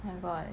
my god